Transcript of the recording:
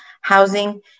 housing